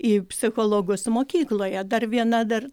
į psichologus mokykloje dar viena dar